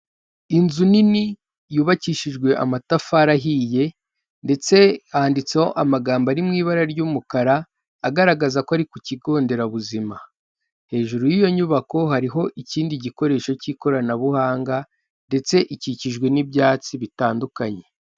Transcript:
Inzu nini yubakishijwe amatafari ahiye ndetse handitseho amagambo ari mu ibara ry'umukara agaragaza ko ari ku kigo nderabuzima, hejuru yiyo nyubako hariho ikindi gikoresho cy'ikoranabuhanga ndetse ikikijwe n'ibyatsi bitandukanye.